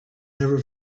never